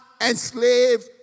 enslaved